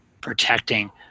protecting